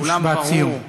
משפט סיום.